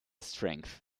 strength